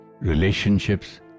relationships